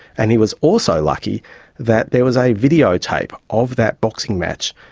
and he was also lucky that there was a videotape of that boxing match,